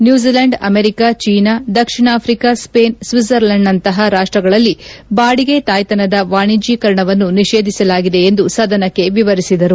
New Zealand America China ದಕ್ಷಿಣ Africa Spain ಶಿಡ್ಜರ್ಲ್ಕಾಂಡ್ನಂತಹ ರಾಷ್ಷಗಳಲ್ಲಿ ಬಾಡಿಗೆ ತಾಯ್ತನದ ವಾಣಿಜ್ಯೀಕರಣವನ್ನು ನಿಷೇಧಿಸಲಾಗಿದೆ ಎಂದು ಸದನಕ್ಕೆ ವಿವರಿಸಿದರು